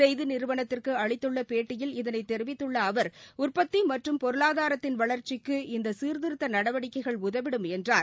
செய்தி நிறுவனத்துக்கு அளித்துள்ள பேட்டியில் இதனைத் தெரிவித்துள்ள அவர் உற்பத்தி மற்றும் பொருளாதாரத்தின் வளர்சசிக்கு இந்த சீர்திருத்த நடவடிக்கைகள் உதவிடும் என்றார்